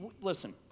Listen